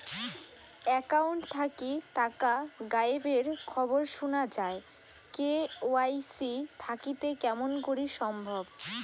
Account থাকি টাকা গায়েব এর খবর সুনা যায় কে.ওয়াই.সি থাকিতে কেমন করি সম্ভব?